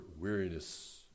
weariness